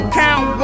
count